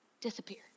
disappear